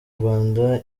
rwanda